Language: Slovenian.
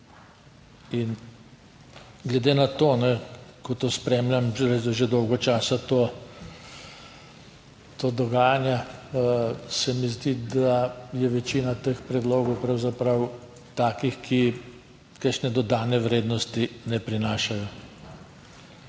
In glede na to, ko to spremljam že dolgo časa to, to dogajanje, se mi zdi, da je večina teh predlogov pravzaprav takih, ki kakšne dodane vrednosti ne prinašajo.